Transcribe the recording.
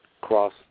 cross